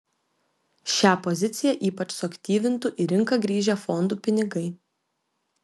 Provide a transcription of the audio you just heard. šią poziciją ypač suaktyvintų į rinką grįžę fondų pinigai